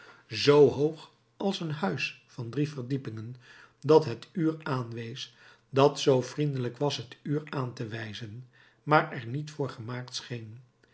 zoo hoog als een huis van drie verdiepingen dat het uur aanwees dat zoo vriendelijk was het uur aan te wijzen maar er niet voor gemaakt